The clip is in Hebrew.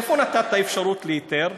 איפה נתת אפשרות להיתר?